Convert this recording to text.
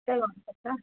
त्यही गर्नुपर्छ